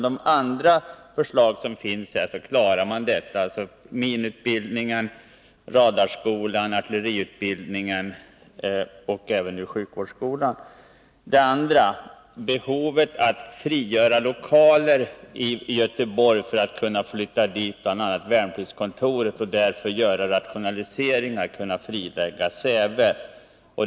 Den klarar man genom minutbildningen, radarskolan, artilleriutbildningen och även sjukvårdsskolan. Det andra argumentet är behovet att frigöra lokaler i Göteborg för att kunna flytta bl.a. värnpliktskontoret dit och därför göra rationaliseringar och kunna frilägga Säve.